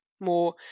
more